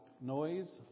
noise